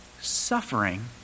suffering